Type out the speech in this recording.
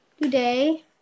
today